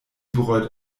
bereut